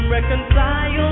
Reconcile